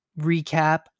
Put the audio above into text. recap